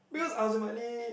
because ultimately